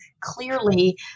clearly